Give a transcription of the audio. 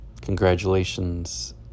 Congratulations